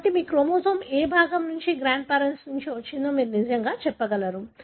కాబట్టి మీ క్రోమోజోమ్ ఏ భాగం నుండి గ్రాండ్ పేరెంట్స్ నుండి వచ్చిందో మీరు నిజంగా చెప్పగలరు